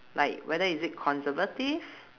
like whether is it conservative